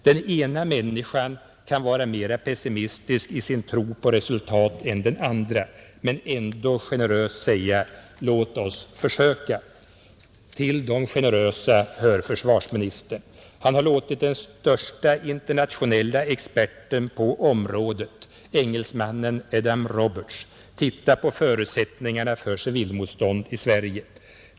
Den ena människan kan vara mera pessimistisk i sin tro på resultat än den andra men ändå generöst säga: Låt oss försöka! Till de generösa hör försvarsministern. Han har låtit den största internationella experten på området, engelsmannen Adam Roberts, titta på förutsättningarna för civilmotstånd i Sverige.